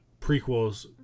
prequels